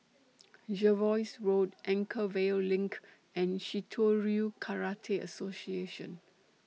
Jervois Road Anchorvale LINK and Shitoryu Karate Association